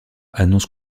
annonce